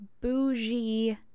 bougie